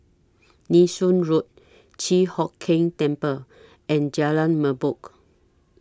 Nee Soon Road Chi Hock Keng Temple and Jalan Merbok